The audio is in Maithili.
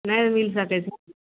नहि भी मिल सकय छै